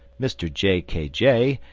mr j. k. j,